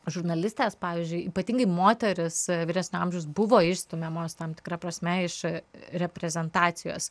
žurnalistės pavyzdžiui ypatingai moterys vyresnio amžiaus buvo išstumiamos tam tikra prasme iš reprezentacijos